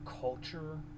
culture